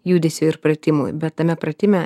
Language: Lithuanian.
judesiui ir pratimui bet tame pratime